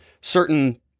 certain